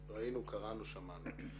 ראינו, קראנו, שמענו.